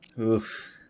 Oof